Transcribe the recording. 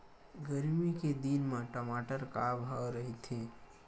गरमी के दिन म टमाटर का भाव रहिथे?